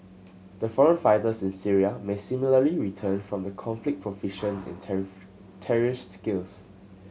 the foreign fighters in Syria may similarly return from the conflict proficient in terrorist skills